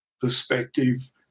perspective